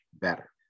better